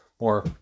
more